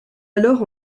alors